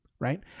right